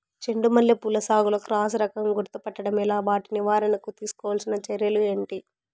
చెండు మల్లి పూల సాగులో క్రాస్ రకం గుర్తుపట్టడం ఎలా? వాటి నివారణకు తీసుకోవాల్సిన చర్యలు ఏంటి?